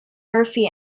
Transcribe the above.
murphy